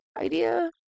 idea